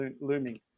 looming